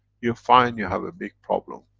you'll find you have a big problem,